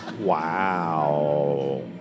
Wow